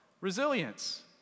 resilience